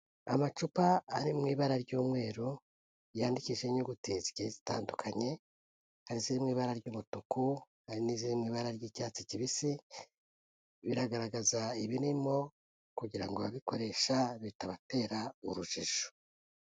Amacupa ari mu ibara ry'umweru, yandikishijeho inyuguti zigiye zitandukanye, hari iziri mu ibara ry'umutuku, hari n'iziri mu ibara ry'icyatsi kibisi, biragaragaza ibirimo kugira ngo ababikoresha bitabatera urujijo.